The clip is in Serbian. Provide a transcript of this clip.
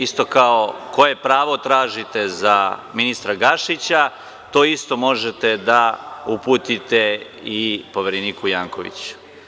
Isto kao koje pravo tražite za ministra Gašića, to isto možete da uputite i Povereniku Jankoviću.